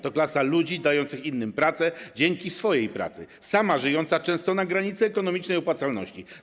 To klasa ludzi dających innym pracę dzięki swojej pracy, sama żyjąca często na granicy ekonomicznej opłacalności.